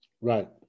Right